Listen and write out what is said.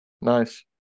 Nice